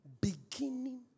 Beginning